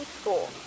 school